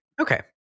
Okay